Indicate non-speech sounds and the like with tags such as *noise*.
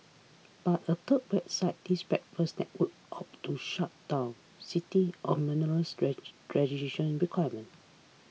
but a third website his Breakfast Network opted to shut down citing onerous *unintelligible* registration requirements